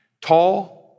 tall